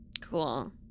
Cool